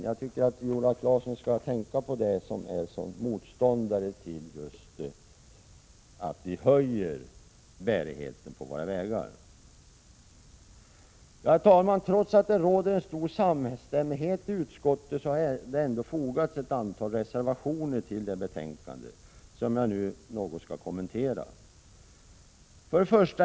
Jag tycker att Viola Claesson, som är så stark motståndare till att vi höjer bärigheten på vägarna, skall tänka på det! Herr talman! Trots att det råder en stor samstämmighet i utskottet, har det ändå fogats ett antal reservationer till betänkandet, som jag nu något skall kommentera.